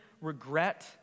regret